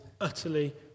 utterly